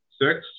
Six